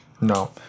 No